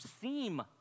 seem